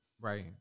Right